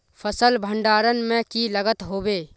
फसल भण्डारण में की लगत होबे?